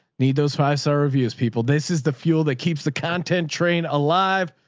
need those five star reviews people. this is the fuel that keeps the content train alive.